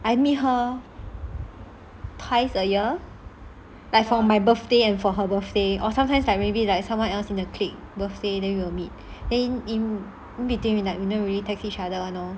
I meet her twice a year like for my birthday and for her birthday or sometimes like maybe like someone else in the clique birthday then we will meet then in between we like we don't really text each other one lor